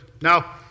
Now